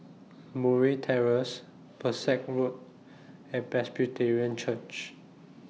Murray Terrace Pesek Road and Presbyterian Church